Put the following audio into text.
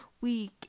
week